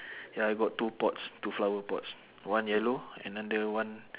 ya I got two pots two flower pots one yellow and then the other one